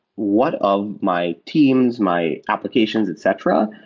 what of my teams, my applications, etc,